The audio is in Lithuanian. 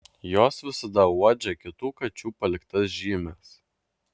jos visada uodžia kitų kačių paliktas žymes